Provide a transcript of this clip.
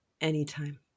anytime